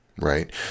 right